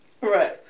Right